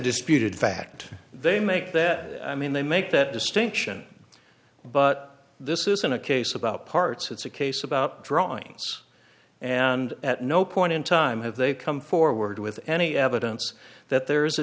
disputed fact they make that i mean they make that distinction but this isn't a case about parts it's a case about drawings and at no point in time have they come forward with any evidence that there is a